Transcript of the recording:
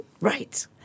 Right